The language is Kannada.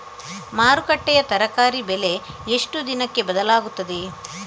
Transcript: ಮಾರುಕಟ್ಟೆಯ ತರಕಾರಿ ಬೆಲೆ ಎಷ್ಟು ದಿನಕ್ಕೆ ಬದಲಾಗುತ್ತದೆ?